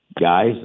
guys